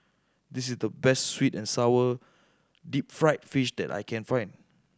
this is the best sweet and sour deep fried fish that I can find